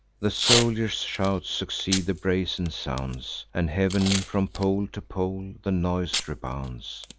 the soldiers' shouts succeed the brazen sounds and heav'n, from pole to pole, the noise rebounds.